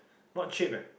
not cheap ah